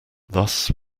thus